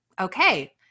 okay